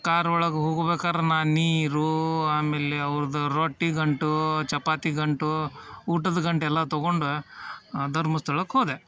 car ಒಳಗೆ ಹೋಗ್ಬೇಕಾರೆ ನಾನು ನೀರು ಆಮೇಲೆ ಅವ್ರದ್ದು ರೊಟ್ಟಿ ಗಂಟು ಚಪಾತಿ ಗಂಟು ಊಟದ ಗಂಟೆಲ್ಲ ತೊಗೊಂಡು ಧರ್ಮಸ್ಥಳಕ್ಕೆ ಹೋದೆ